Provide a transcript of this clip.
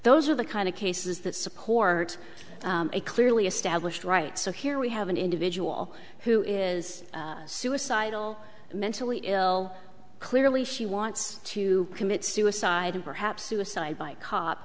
those are the kind of cases that support a clearly established right so here we have an individual who is suicidal mentally ill clearly she wants to commit suicide and perhaps suicide